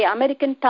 American